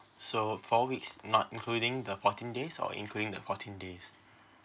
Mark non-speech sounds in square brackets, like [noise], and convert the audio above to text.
so four weeks not including the fourteen days or including the fourteen days [breath]